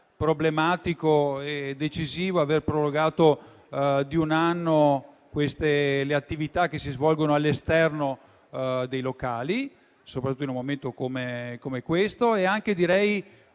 problematico e decisivo aver prorogato di un anno le attività che si svolgono all'esterno dei locali, soprattutto in un momento come quello attuale.